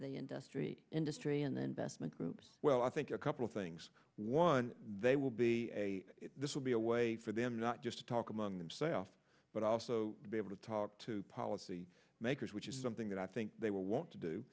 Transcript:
the industry industry and then vestment groups well i think a couple things one they will be this will be a way for them not just to talk among themselves but also be able to talk to policy makers which is something that i think they will want to do